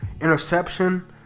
interception